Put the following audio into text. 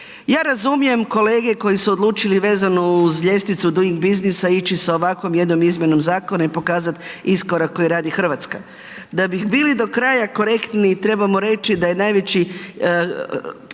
Ja razumijem kolege koji su odlučili vezano uz ljestvicu Duing biznisa ići sa ovako jednom izmjenom zakona i pokazati iskorak koji radi Hrvatska. Da bi bili do kraja korektni trebamo reći, da je najveći